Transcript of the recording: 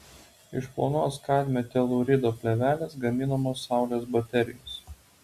iš plonos kadmio telūrido plėvelės gaminamos saulės baterijos